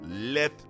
Let